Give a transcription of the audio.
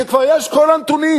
יש כבר כל הנתונים,